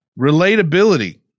Relatability